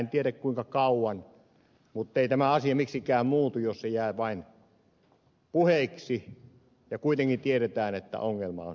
en tiedä kuinka kauan muttei tämä asia miksikään muutu jos se jää vain puheiksi kun kuitenkin tiedetään että ongelma on todellinen